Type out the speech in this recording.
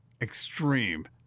extreme